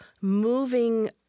moving